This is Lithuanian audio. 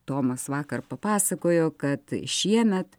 tomas vakar papasakojo kad šiemet